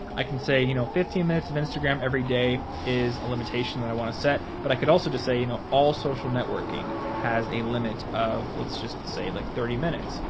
i can say you know fifteen minutes of instagram every day is a limitation that i wanna set, but i could also just say you know all social networking has a limit of, let's just say, like thirty minutes.